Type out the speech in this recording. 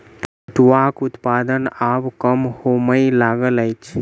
पटुआक उत्पादन आब कम होमय लागल अछि